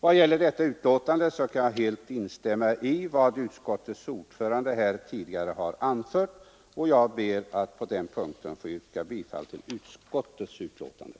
När det gäller detta betänkande kan jag instämma i vad utskottets ordförande tidigare har anfört, och jag ber därför att få yrka bifall till utskottets hemställan.